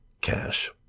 cash